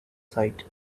site